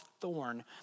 thorn